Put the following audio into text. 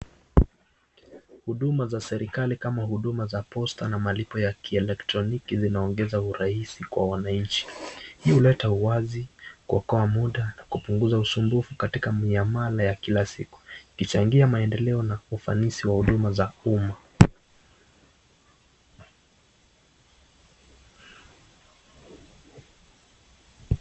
Huduma za serikali kama huduma za posta na malipo ya kielektroniki zinaongeza urahisi kwa wananchi. Hii huleta uwazi, kuokoa muda na kupunguza usumbufu katika amana ya kila siku ikichangia maendeleo na ufanisi wa huduma za umma.